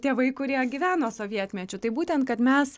tėvai kurie gyveno sovietmečiu tai būtent kad mes